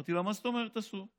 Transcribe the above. אמרתי לה: מה זאת אומרת אסור?